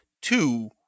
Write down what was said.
Two